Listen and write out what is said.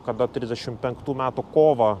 kada trisdešimt penktų metų kovą